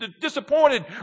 disappointed